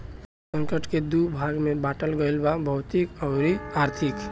जल संकट के दू भाग में बाटल गईल बा भौतिक अउरी आर्थिक